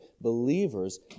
believers